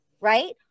right